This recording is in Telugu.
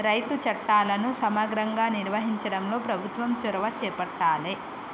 రైతు చట్టాలను సమగ్రంగా నిర్వహించడంలో ప్రభుత్వం చొరవ చేపట్టాలె